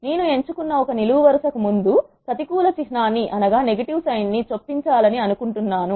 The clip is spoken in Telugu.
నేను ఎంచుకున్న ఒక నిలువు వరుస కు ముందు ప్రతికూల చిహ్నాన్ని చొప్పించాలని అనుకుంటున్నాను